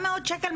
700 שקל?